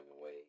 away